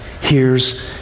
hears